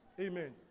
Amen